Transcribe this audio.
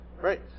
great